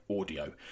audio